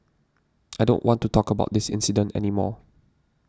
I don't want to talk about this incident any more